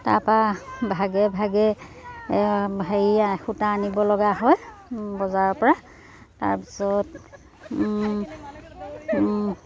তাৰপৰা ভাগে ভাগে হেৰিয়া সূতা আনিব লগা হয় বজাৰৰপৰা তাৰপিছত